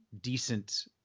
decent